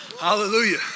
hallelujah